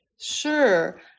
Sure